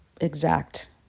exact